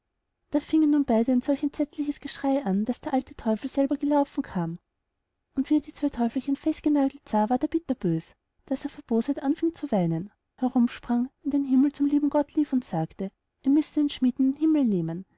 da fingen nun beide ein solches entsetzliches geschrei an daß der alte teufel selber gelaufen kam und wie er die zwei teufelchen festgenagelt sah ward er bitterbös daß er vor bosheit anfing zu weinen herumsprang in den himmel zum lieben gott lief und sagte er müsse den schmid in den himmel nehmen